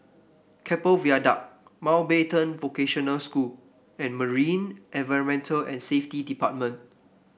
Keppel Viaduct Mountbatten Vocational School and Marine Environment and Safety Department